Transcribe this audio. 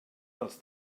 dels